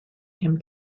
him